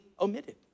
omitted